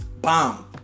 Bomb